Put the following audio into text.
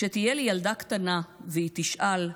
"וכשתהיה לי ילדה קטנה / והיא תשאל: